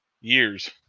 years